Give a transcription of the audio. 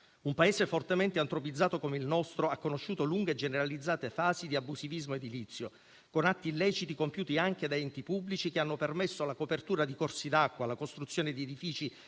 Un Paese fortemente antropizzato come il nostro ha conosciuto lunghe e generalizzate fasi di abusivismo edilizio, con atti illeciti compiuti anche da enti pubblici che hanno permesso la copertura di corsi d'acqua, la costruzione di edifici